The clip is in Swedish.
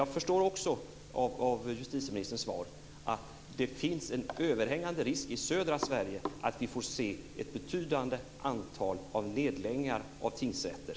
Jag förstår också av justitieministerns svar att det finns en överhängande risk i södra Sverige att vi får se ett betydande antal nedläggningar av tingsrätter.